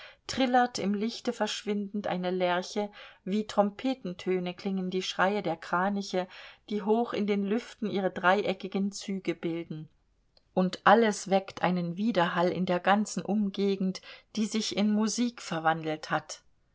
trillert im lichte verschwindend eine lerche wie trompetentöne klingen die schreie der kraniche die hoch in den lüften ihre dreieckigen züge bilden und alles weckt einen widerhall in der ganzen umgegend die sich in musik verwandelt hat